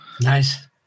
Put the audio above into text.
Nice